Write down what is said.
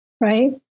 right